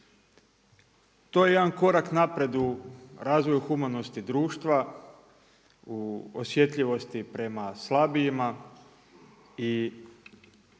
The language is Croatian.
To je jedan korak naprijed u razvoju humanosti društva, u osjetljivosti prema slabijima i od